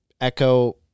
Echo